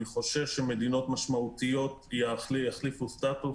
אני חושש שמדינות משמעותיות יחליפו סטטוס.